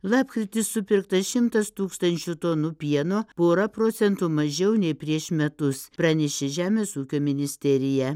lapkritį supirkta šimtas tūkstančių tonų pieno pora procentų mažiau nei prieš metus pranešė žemės ūkio ministerija